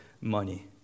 money